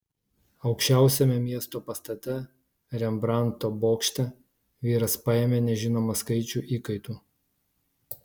aukščiausiame miesto pastate rembrandto bokšte vyras paėmė nežinomą skaičių įkaitų